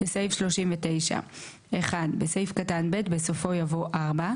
בסעיף 39 - (1) בסעיף קטן (ב), בסופו יבוא: "(4)